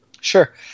Sure